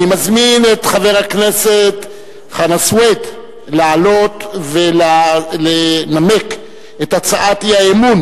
אני מזמין את חבר הכנסת חנא סוייד לעלות ולנמק את הצעת האי-אמון